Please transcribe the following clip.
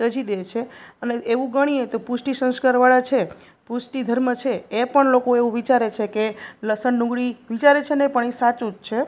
ત્યજી દે છે અને એવું ગણીએ તો પુષ્ટિ સંસ્કારવાળા છે પુષ્ટિ ધર્મ છે એ પણ લોકો એવું વિચારે છે કે લસણ ડુંગળી વિચારે છે નહીં પણ એ સાચું જ છે